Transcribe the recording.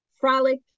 frolic